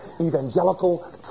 evangelical